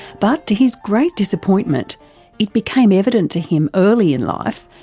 but to his great disappointment it became evident to him early in life,